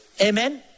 Amen